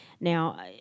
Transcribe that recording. Now